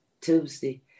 Tuesday